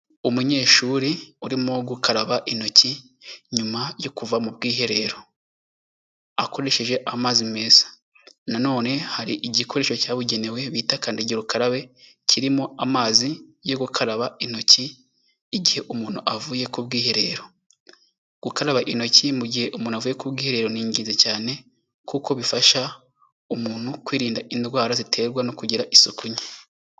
Umunyeshuri urimo gukaraba intoki nyuma yo kuva mu bwiherero akoresheje amazi meza. Na none hari igikoresho cyabugenewe bita kandagira ukarabe kirimo amazi yo gukaraba intoki, igihe umuntu avuye ku bwiherero. Gukaraba intoki mu gihe umuntu avuye ku bwiherero, ni ingenzi cyane kuko bifasha umuntu kwirinda indwara ziterwa no kugira isuku nke.